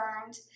burned